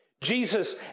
Jesus